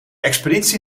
expeditie